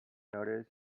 notice